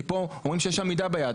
כי פה אומרים שיש עמידה ביעד,